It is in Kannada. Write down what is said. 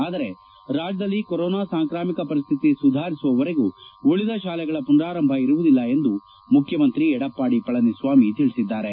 ಆದರೆ ರಾಜ್ಯದಲ್ಲಿ ಕೊರೊನಾ ಸಾಂಕ್ರಾಮಿಕ ಪರಿಸ್ತಿತಿ ಸುಧಾರಿಸುವವರೆಗೂ ಉಳಿದ ಶಾಲೆಗಳ ಪುನರಾರಂಭ ಇರುವುದಿಲ್ಲ ಎಂದು ಮುಖ್ಯಮಂತ್ರಿ ಎಡಪ್ಪಾಡಿ ಪಳನಿಸ್ವಾಮಿ ತಿಳಿಸಿದ್ದಾರೆ